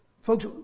Folks